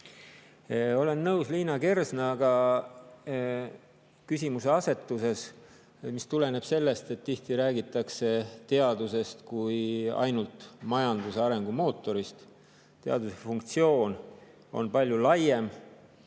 Olen nõus Liina Kersnaga küsimuse asetuses, mis tuleneb sellest, et tihti räägitakse teadusest kui ainult majanduse arengumootorist. Teaduse funktsioon on palju laiem.